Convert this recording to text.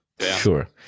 sure